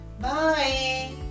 Bye